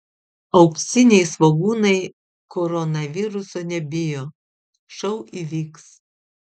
auksiniai svogūnai koronaviruso nebijo šou įvyks